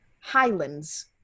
highlands